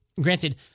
Granted